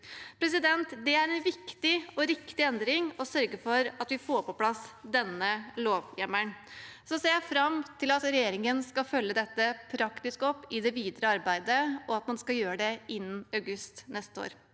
studentombud. Det er en viktig og riktig endring å sørge for at vi får på plass denne lovhjemmelen. Jeg ser fram til at regjeringen skal følge dette opp praktisk i det videre arbeidet, og at man skal gjøre det innen august neste år.